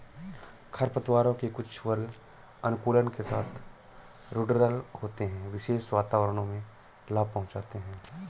खरपतवारों के कुछ वर्ग अनुकूलन के साथ रूडरल होते है, विशेष वातावरणों में लाभ पहुंचाते हैं